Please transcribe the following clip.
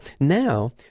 now